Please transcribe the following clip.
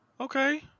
Okay